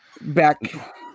Back